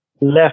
left